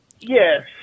Yes